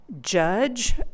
judge